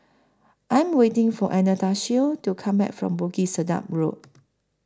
I Am waiting For Anastacio to Come Back from Bukit Sedap Road